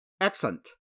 Excellent